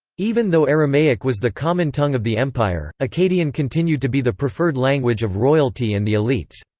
even though aramaic was the common tongue of the empire, akkadian continued to be the preferred language of royalty and the elites.